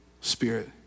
spirit